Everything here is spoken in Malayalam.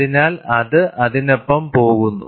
അതിനാൽ അത് അതിനൊപ്പം പോകുന്നു